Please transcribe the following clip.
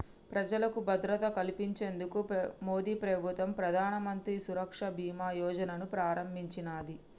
ప్రజలకు భద్రత కల్పించేందుకు మోదీప్రభుత్వం ప్రధానమంత్రి సురక్ష బీమా యోజనను ప్రారంభించినాది